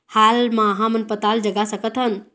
हाल मा हमन पताल जगा सकतहन?